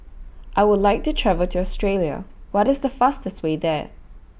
I Would like to travel to Australia What IS The fastest Way There